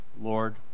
Lord